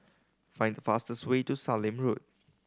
find the fastest way to Sallim Road